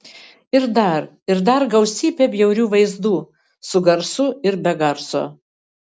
ir dar ir dar gausybę bjaurių vaizdų su garsu ir be garso